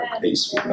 peace